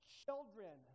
children